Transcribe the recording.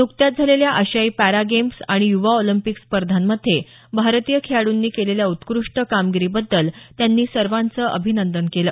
नुकत्याच झालेल्या आशियाई पॅरा गेम्स आणि युवा ऑलिम्पिक स्पर्धांमध्ये भारतीय खेळाडूंनी केलेल्या उत्कृष्ट कामगिरीबद्दल त्यांनी सर्वांचं अभिनंदन केलं